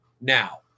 now